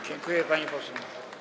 Dziękuję, pani poseł.